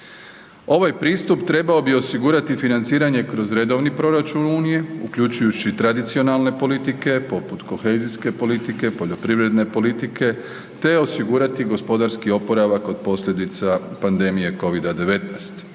Ovaj pristup trebao bi osigurati financiranje kroz redovni proračun Unije, uključujući tradicionalne politike poput kohezijske politike, poljoprivredne politike te osigurati gospodarski oporavak od posljedica pandemije covid-19,